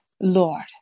Lord